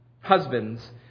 husbands